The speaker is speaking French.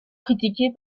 critiquée